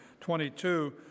22